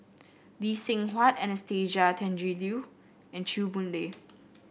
Lee Seng Huat Anastasia Tjendri Liew and Chew Boon Lay